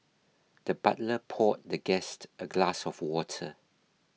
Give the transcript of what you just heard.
the butler poured the guest a glass of water